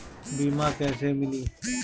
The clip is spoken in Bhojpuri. बीमा कैसे मिली?